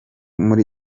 muri